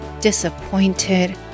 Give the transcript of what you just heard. disappointed